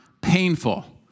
painful